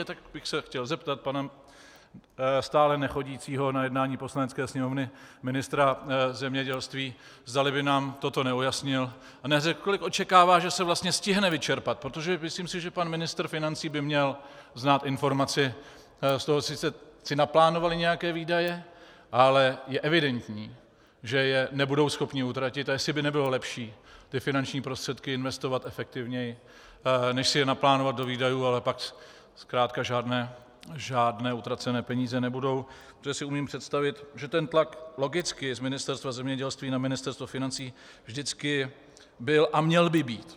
Tak bych se chtěl zeptat pana stále nechodícího na jednání Poslanecké sněmovny ministra zemědělství, zdali by nám toto neujasnil a neřekl, kolik očekává, že se vlastně stihne vyčerpat, protože myslím si, že pan ministr financí by měl znát informaci sice si naplánovali nějaké výdaje, ale je evidentní že je nebudou schopni utratit, a jestli by nebylo lepší ty finanční prostředky investovat efektivněji než si je naplánovat do výdajů, ale pak zkrátka žádné utracené peníze nebudou, protože si umím představit, že ten tlak logicky z Ministerstva zemědělství na Ministerstvo financí vždycky byl a měl by být.